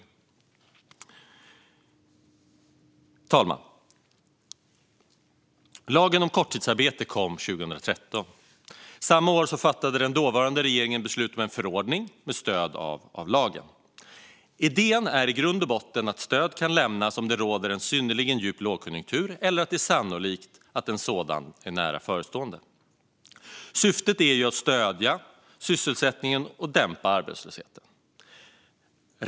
Herr talman! Lagen om korttidsarbete kom 2013. Samma år fattade den dåvarande regeringen beslut om en förordning med stöd av lagen. Idén är i grund och botten att stöd kan lämnas om det råder en synnerligen djup lågkonjunktur eller är sannolikt att en sådan är nära förestående. Syftet är att stödja sysselsättningen och dämpa arbetslösheten.